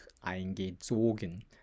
eingezogen